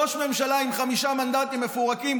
ראש ממשלה עם חמישה מנדטים מפורקים,